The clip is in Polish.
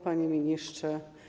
Panie Ministrze!